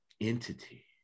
entity